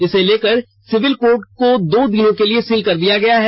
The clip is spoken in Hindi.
इसे लेकर सिविल कोर्ट को दो दिनों के लिए सील कर दिया गया है